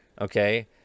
okay